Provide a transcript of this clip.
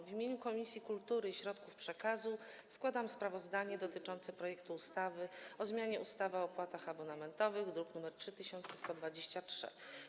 W imieniu Komisji Kultury i Środków Przekazu przedstawiam sprawozdanie dotyczące projektu ustawy o zmianie ustawy o opłatach abonamentowych, druk nr 3123.